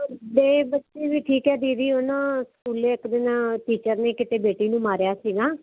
ਓ ਇਹ ਬੱਚੇ ਵੀ ਠੀਕ ਹੈ ਦੀਦੀ ਉਹ ਨਾ ਸਕੂਲੇ ਇੱਕ ਦਿਨ ਟੀਚਰ ਨੇ ਕਿਤੇ ਬੇਟੀ ਨੂੰ ਮਾਰਿਆ ਸੀ ਨਾ